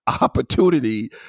opportunity